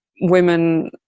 women